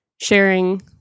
sharing